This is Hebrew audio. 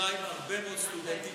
משיחה עם הרבה מאוד סטודנטים,